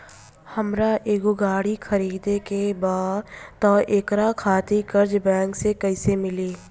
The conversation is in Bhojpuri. हमरा एगो गाड़ी खरीदे के बा त एकरा खातिर कर्जा बैंक से कईसे मिली?